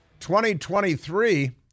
2023